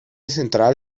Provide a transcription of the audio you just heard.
central